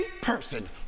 person